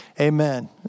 amen